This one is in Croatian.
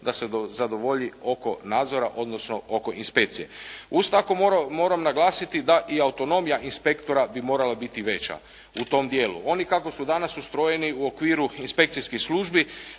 da se zadovolji oko nadzora, odnosno oko inspekcije. Uz to moram naglasiti da i autonomija inspektora bi morala biti veća u tom dijelu. Oni kako su danas ustrojeni u okviru inspekcijskih službi,